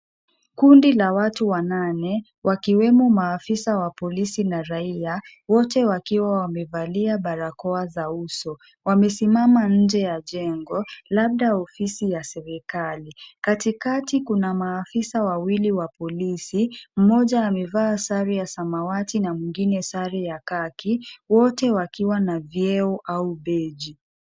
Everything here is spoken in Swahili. Kundi la watu wanane wakiwemo maafisa wa polisi na raia wote wakiwa wamevalia barakoa za uso. Wamesimama nje ya jengo labda ofisi ya serikali. Katikati kuna maafisa wawili wa polisi, mmoja amevaa sare ya samawati na mwingine sare ya khaki wote wakiwa na vyeo au beji.